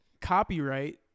copyright